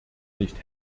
nicht